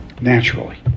naturally